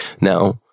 Now